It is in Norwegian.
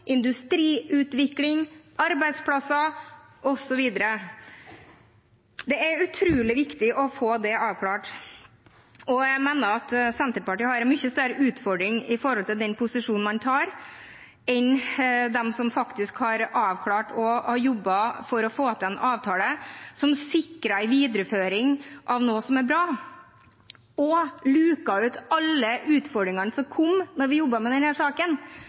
industriutvikling, arbeidsplasser osv. Det er utrolig viktig å få det avklart. Jeg mener at Senterpartiet, når det gjelder den posisjonen man tar, har en mye større utfordring enn dem som faktisk har avklart ting og jobbet for å få til en avtale som sikrer en videreføring av noe som er bra, og luket ut alle utfordringene som kom da vi jobbet med denne saken.